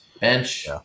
Bench